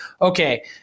okay